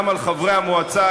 גם על חברי המועצה,